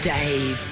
Dave